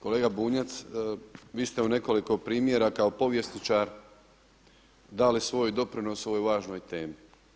Kolega Bunjac, vi ste u nekoliko primjeraka kao povjesničar dali svoj doprinos ovoj važnoj temi.